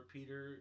Peter